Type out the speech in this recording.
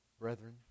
Brethren